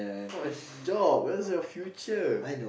for a dog that's your future